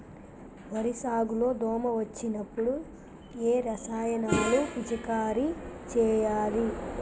వరి సాగు లో దోమ వచ్చినప్పుడు ఏ రసాయనాలు పిచికారీ చేయాలి?